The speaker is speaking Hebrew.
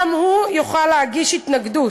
יוכל גם הוא להגיש התנגדות,